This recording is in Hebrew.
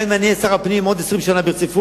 גם אם אני אהיה שר הפנים עוד 20 שנה ברציפות,